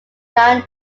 young